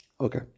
Okay